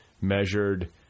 measured